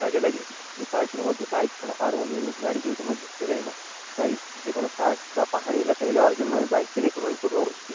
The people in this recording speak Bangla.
কাজে লাগে কিন্তু পার্কের মধ্যে বাইক ছাড়া আর অন্যান্য যে গাড়িগুলো তেমন ঢুকতে দেয় না তাই যে কোনো পার্ক বা পাহাড়ি এলাকায় যাওয়ার জন্য আমি বাইককে রেকমেন্ড করবো অবশ্যই